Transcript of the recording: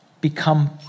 Become